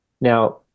Now